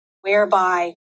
whereby